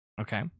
Okay